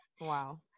wow